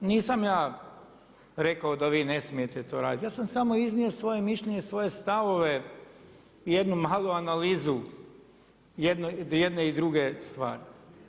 Nisam ja rekao da vi ne smijete to raditi, ja sam samo iznio svoje mišljenje, svoje stavove, jednu malu analizu jedne i druge stvari.